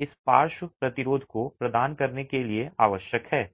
इस पार्श्व प्रतिरोध को प्रदान करने के लिए आवश्यक है